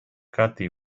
cathy